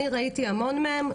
אני ראיתי המון מהן,